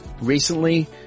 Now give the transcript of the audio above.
Recently